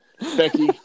Becky